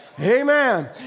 Amen